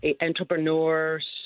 entrepreneurs